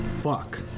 Fuck